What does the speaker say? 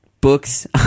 books